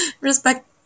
respect